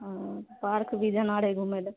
हँ पार्क भी जाना रहैए घुमैए लऽ